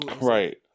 right